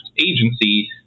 agency